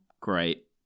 Great